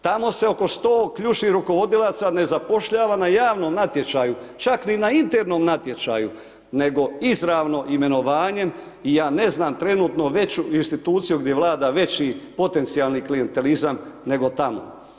Tamo se oko 100 ključnih rukovodilaca ne zapošljava na javnom natječaju, čak ni na internom natječaju, nego izravno imenovanjem i ja ne znam trenutno veću instituciju gdje vlada veći potencijalni klijentelizam nego tamo.